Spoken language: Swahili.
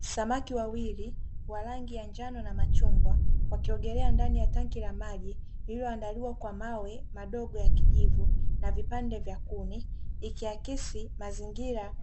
Samaki wawili wa rangi ya njano na machungwa wakiogelea ndani ya tanki la maji lililoandaliwa kwa mawe madogo ya kijivu na vipande vya kuni, ikiakisi mazingira